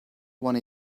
one